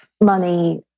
money